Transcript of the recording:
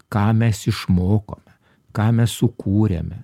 ką mes išmokome ką mes sukūrėme